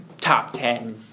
top-ten